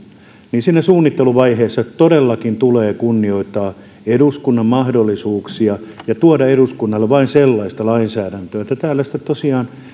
niin siinä suunnitteluvaiheessa todellakin tulee kunnioittaa eduskunnan mahdollisuuksia ja tuoda eduskunnalle vain sellaista lainsäädäntöä että täällä tosiaan